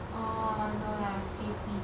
orh no lah J_C